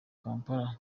kampala